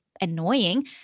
annoying